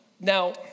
Now